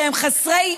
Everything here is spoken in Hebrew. שהם חסרי,